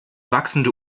wachsende